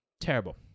terrible